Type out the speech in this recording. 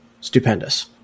stupendous